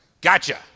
gotcha